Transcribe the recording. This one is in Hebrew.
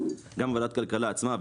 גם בוועדת כלכלה עצמה,